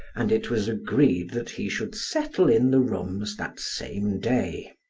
and it was agreed that he should settle in the rooms that same day.